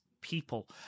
people